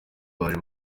baje